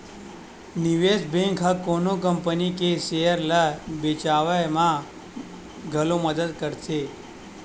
निवेस बेंक ह कोनो कंपनी के सेयर ल बेचवाय म घलो मदद करथे